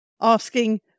asking